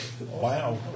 Wow